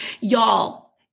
y'all